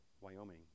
Wyoming